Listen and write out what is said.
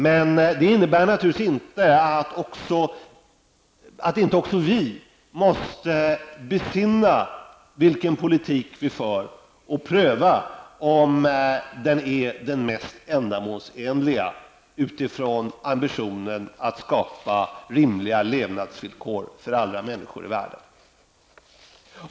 Men det innebär naturligtvis inte att inte också vi måste besinna vilken politik vi för och pröva om den är den mest ändamålsenliga utifrån ambitionen att skapa rimliga levnadsvillkor för alla människor i världen.